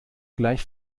gleich